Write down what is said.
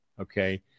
Okay